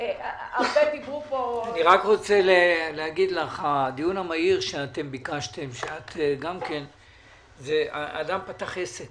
הדיון המהיר שביקשתם זה על אדם שפתח עסק